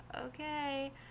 okay